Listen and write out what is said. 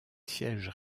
siège